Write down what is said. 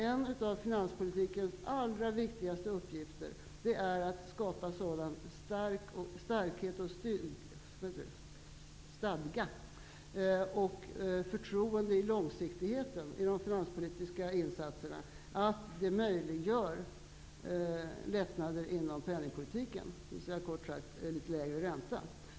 En av finanspolitikens allra viktigaste uppgifter är att skapa sådan stadga och sådant förtroende i långsiktigheten i de finanspolitiska insatserna att det möjliggör lättnader inom penningpolitiken, kort sagt en litet lägre ränta.